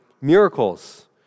miracles